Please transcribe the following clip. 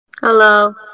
hello